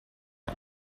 man